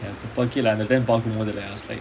பார்க்கும்போது:parkumpothu